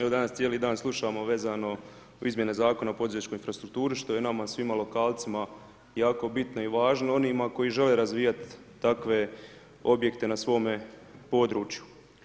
Evo danas cijeli dan slušamo vezano u izmjene zakone o poduzetničkoj infrastrukturi, što je nama svima lokacijama jako bitno i važno, onima koji žele razvijati takve objekte na svome području.